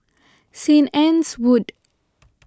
St Anne's Wood